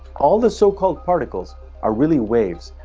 all the so-called particles are really waves.